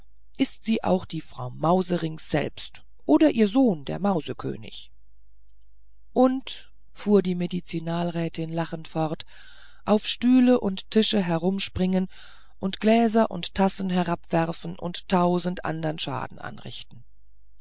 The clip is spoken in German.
ist sie auch die frau mauserinks selbst oder ihr sohn der mausekönig und fuhr die medizinalrätin lachend fort auf stühle und tische herumspringen und gläser und tassen herabwerfen und tausend andern schaden anrichten